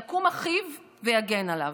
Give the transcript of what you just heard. יקום אחיו ויגן עליו.